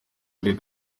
leta